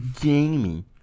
Jamie